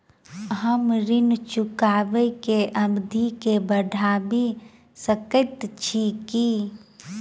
हम ऋण चुकाबै केँ अवधि केँ बढ़ाबी सकैत छी की?